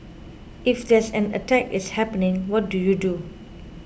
if there's an attack is happening what do you do